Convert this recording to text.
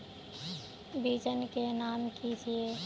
बिचन के नाम की छिये?